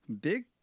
big